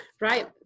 right